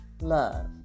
love